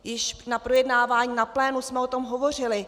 Již na projednávání na plénu jsme o tom hovořili.